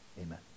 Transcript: Amen